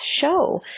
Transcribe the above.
show